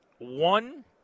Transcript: One